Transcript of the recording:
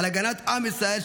על הגנת עם ישראל,